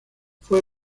fue